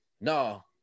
no